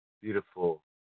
beautiful